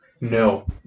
No